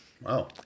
Wow